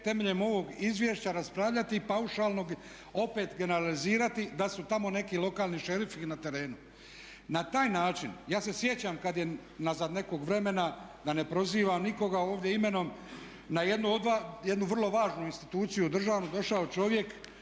temeljem ovog izvješća raspravljaju paušalno i opet generalizirati da su tamo neki lokalni šerifi na terenu. Na taj način, ja se sjećam kad je unazad nekog vremena da ne prozivam nikoga ovdje imenom, na jednu vrlo važnu instituciju u državi došao čovjek